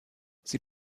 sie